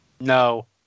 No